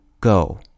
go